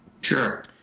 Sure